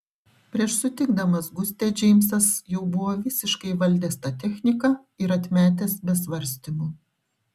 prieš sutikdamas gustę džeimsas jau buvo visiškai įvaldęs tą techniką ir atmetęs be svarstymų